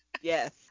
Yes